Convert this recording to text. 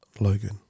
Logan